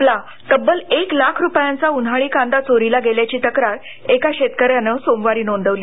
आपला तब्बल एक लाख रुपयांचा उन्हाळी कांदा चोरीला गेल्याची तक्रार एका शेतकऱ्यानं सोमवारी नोंदवली